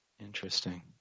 Interesting